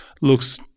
looks